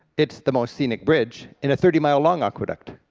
it's the most scenic bridge in a thirty mile long aqueduct,